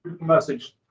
Message